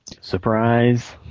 Surprise